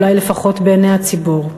אולי לפחות בעיני הציבור.